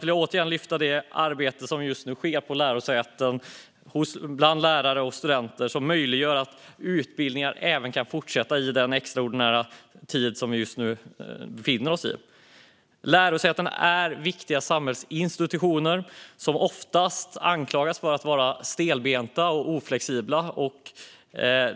Jag vill återigen lyfta fram det arbete som just nu sker på lärosäten bland lärare och studenter och som möjliggör att utbildningar kan fortsätta i den extraordinära tid som vi just nu befinner oss i. Lärosätena är viktiga samhällsinstitutioner som ofta anklagas för att vara stelbenta och oflexibla.